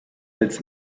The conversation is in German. als